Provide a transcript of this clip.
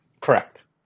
Correct